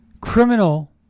criminal